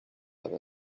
other